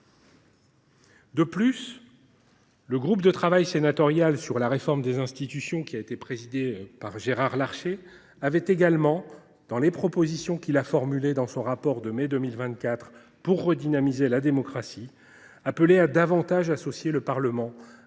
que le groupe de travail sénatorial sur la réforme des institutions présidé par Gérard Larcher avait également, parmi les propositions formulées dans son rapport de mai 2024 pour redynamiser la démocratie, appelé à davantage associer le Parlement à